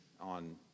on